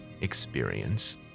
experience